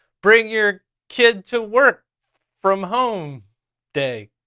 bring your kid to work from home day,